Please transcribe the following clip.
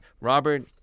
Robert